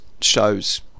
shows